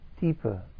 deeper